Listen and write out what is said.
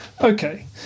Okay